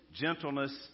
gentleness